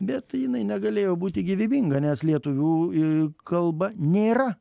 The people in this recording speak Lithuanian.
bet jinai negalėjo būti gyvybinga nes lietuvių e kalba nėra